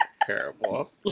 Terrible